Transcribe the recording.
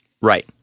Right